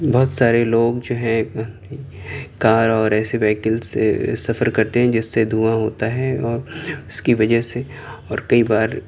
بہت سارے لوگ جو ہے کار اور ایسے وہیکلس سے سفر کرتے ہیں جس سے دھواں ہوتا ہے اور اس کی وجہ سے اور کئی بار